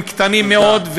הם קטנים מאוד,